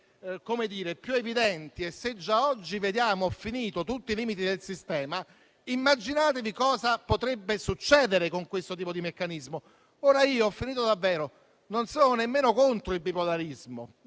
più evidenti e se già oggi vediamo tutti i limiti del sistema, immaginatevi cosa potrebbe succedere con questo tipo di meccanismo. Io non sono nemmeno contro il bipolarismo;